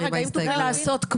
אם תוכלי לעשות,